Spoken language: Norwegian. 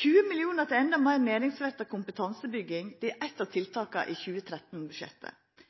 20 mill. kr til endå meir næringsretta kompetansebygging er eitt av tiltaka i 2013-budsjettet.